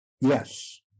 yes